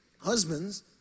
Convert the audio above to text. husbands